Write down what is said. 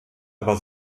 aber